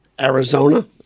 Arizona